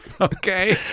okay